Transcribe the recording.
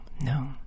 no